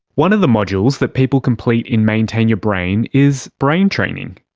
one of the modules that people complete in maintain your brain is brain training.